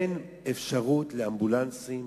אין אפשרות לאמבולנסים